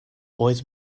oedd